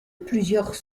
plusieurs